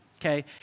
okay